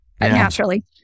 naturally